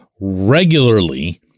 regularly